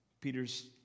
Peter's